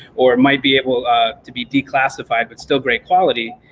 or it might be able to be declassified, but still great quality.